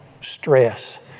Stress